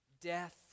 Death